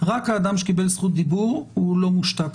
רק האדם שקיבל זכות דיבור לא מושתק,